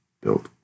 built